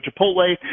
Chipotle